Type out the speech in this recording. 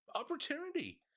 opportunity